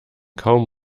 kaum